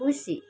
खुसी